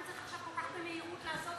למה צריך עכשיו כל כך במהירות לעשות את זה?